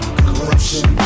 corruption